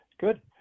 good